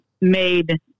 made